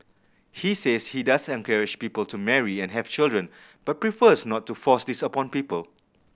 he says he does encourage people to marry and have children but prefers not to force this upon people